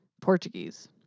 Portuguese